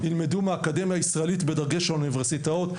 יילמדו מהאקדמיה הישראלית בדגש האוניברסיטאות,